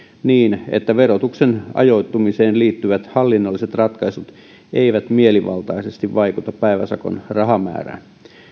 niin että verotuksen ajoittumiseen liittyvät hallinnolliset ratkaisut eivät mielivaltaisesti vaikuta päiväsakon rahamäärään